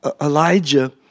Elijah